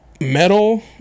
metal